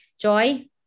Joy